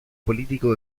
político